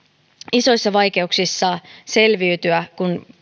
isoissa vaikeuksissa selviytyä